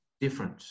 different